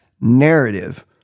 narrative